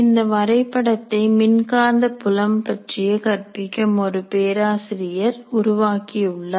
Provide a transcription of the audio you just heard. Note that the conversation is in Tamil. இந்த வரைபடத்தை மின்காந்த புலம் பற்றிய கற்பிக்கும் ஒரு பேராசிரியர் உருவாக்கியுள்ளார்